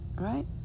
Right